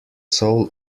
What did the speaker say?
soul